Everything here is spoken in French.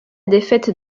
défaite